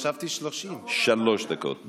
חשבתי 30. שלוש דקות.